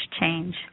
change